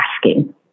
asking